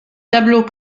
tableaux